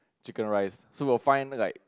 chicken rice so we'll find like